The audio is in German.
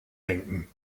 denken